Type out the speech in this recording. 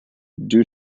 due